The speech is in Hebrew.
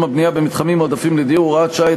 הבנייה במתחמים מועדפים לדיור (הוראת שעה),